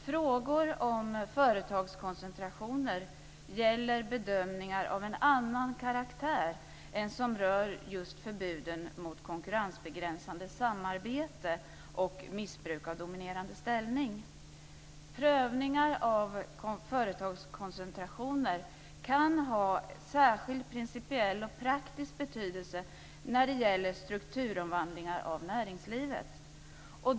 Frågor om företagskoncentrationer gäller bedömningar av en annan karaktär än som rör just förbuden mot konkurrensbegränsande samarbete och missbruk av dominerande ställning. Prövningar av företagskoncentrationer kan ha särskild principiell och praktisk betydelse när det gäller strukturomvandlingar av näringslivet.